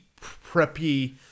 preppy